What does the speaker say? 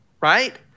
right